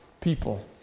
people